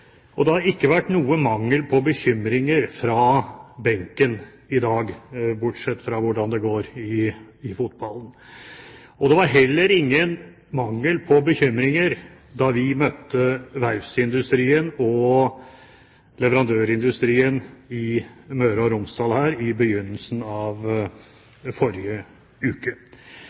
om. Det har ikke vært noen mangel på bekymringer fra benken i dag, bortsett fra hvordan det går i fotballen. Det var heller ingen mangel på bekymringer da vi møtte verftsindustrien og leverandørindustrien i Møre og Romsdal i begynnelsen av forrige uke.